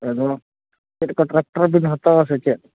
ᱟᱫᱚ ᱪᱮᱫ ᱚᱱᱠᱟ ᱴᱟᱠᱴᱚᱨᱵᱤᱱ ᱦᱟᱛᱟᱣᱟ ᱥᱮ ᱪᱮᱫ